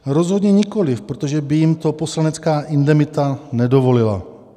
Rozhodně nikoliv, protože by jim to poslanecká indemita nedovolila.